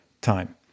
time